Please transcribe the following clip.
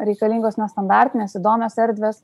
reikalingos nestandartinės įdomios erdvės